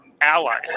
allies